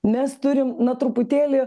mes turim na truputėlį